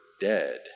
dead